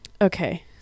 okay